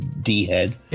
D-head